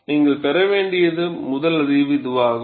நீங்கள் பெற வேண்டிய முதல் அறிவு இதுவாகும்